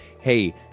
hey